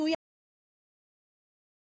כי הוא יהיה עסוק בחוגים וכו',